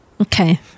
Okay